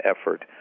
effort